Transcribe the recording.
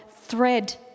thread